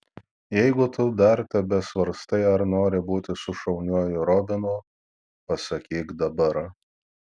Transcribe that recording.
jeigu tu dar tebesvarstai ar nori būti su šauniuoju robinu pasakyk dabar